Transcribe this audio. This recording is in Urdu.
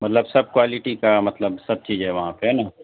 مطلب سب کوالٹی کا مطلب سب چیز ہے وہاں پہ ہے نا